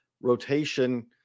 rotation